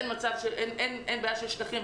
אין בעיה של שטחים.